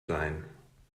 sein